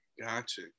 Gotcha